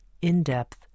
in-depth